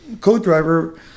co-driver